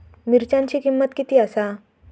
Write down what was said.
मिरच्यांची किंमत किती आसा?